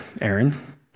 Aaron